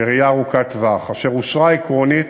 בראייה ארוכת טווח, אשר אושרה עקרונית